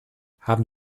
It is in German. haben